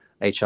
HR